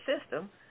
system